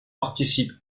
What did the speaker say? participe